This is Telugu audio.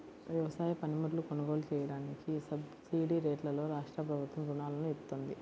వ్యవసాయ పనిముట్లు కొనుగోలు చెయ్యడానికి సబ్సిడీరేట్లలో రాష్ట్రప్రభుత్వం రుణాలను ఇత్తంది